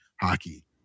hockey